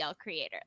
creator